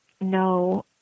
no